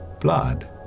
Blood